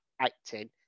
acting